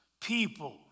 people